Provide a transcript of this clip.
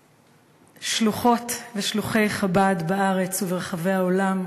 שלוחות ושלוחי חב"ד בארץ וברחבי העולם,